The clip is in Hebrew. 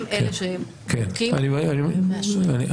הם אלה שבודקים ומאשרים.